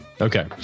Okay